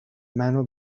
منو